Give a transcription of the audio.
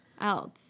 else